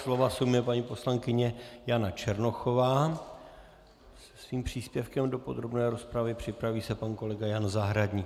Slova se ujme paní poslankyně Jana Černochová svým příspěvkem do podrobné rozpravy, připraví se pan kolega Jan Zahradník.